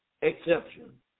exception